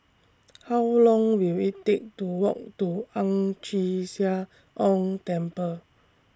How Long Will IT Take to Walk to Ang Chee Sia Ong Temple